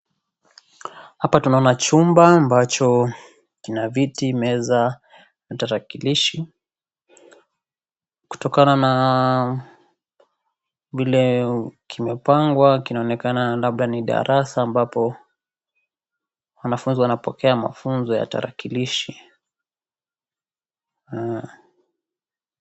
Hapa tunaona chumba ambacho kina viti, meza, na tarakilishi. Kutokana na vile kimepangwa kinaonekana labda ni darasa ambapo wanafunzi wanapokea mafunzo ya tarakilishi.